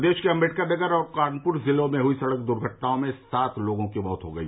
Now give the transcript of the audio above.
प्रदेश के अम्बेडकरनगर और कानपुर जिलों में हुई सड़क दुर्घटनाओं में सात लोगों की मौत हो गई